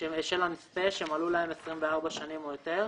של הנספה שמלאו להם 24 שנים ויותר.